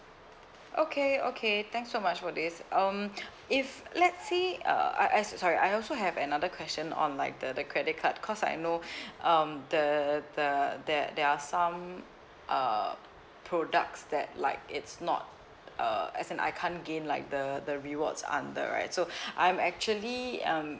okay okay thanks so much for this um if let's say uh I I sorry I also have another question on like the the credit card cause I know um the the there there are some uh products that like it's not uh as in I can't gain like the the rewards under right so I'm actually um